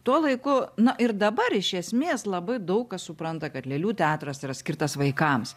tuo laiku na ir dabar iš esmės labai daug kas supranta kad lėlių teatras yra skirtas vaikams